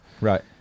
Right